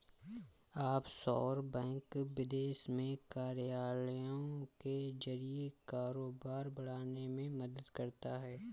offshore bank विदेश में कार्यालयों के जरिए कारोबार बढ़ाने में मदद करता है